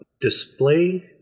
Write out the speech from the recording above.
display